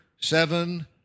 seven